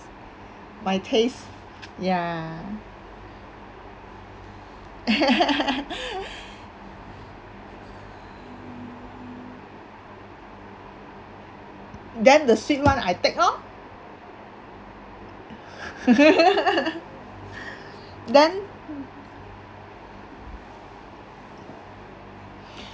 my taste ya then the sweet [one] I take lor then